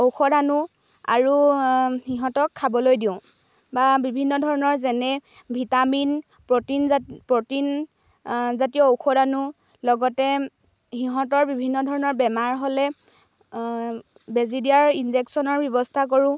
ঔষধ আনো আৰু সিহঁতক খাবলৈ দিওঁ বা বিভিন্ন ধৰণৰ যেনে ভিটামিন প্ৰ'টিন প্ৰ'টিন জাতীয় ঔষধ আনো লগতে সিহঁতৰ বিভিন্ন ধৰণৰ বেমাৰ হ'লে বেজি দিয়াৰ ইনজেকচনৰ ব্যৱস্থা কৰোঁ